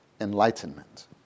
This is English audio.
enlightenment